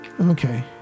okay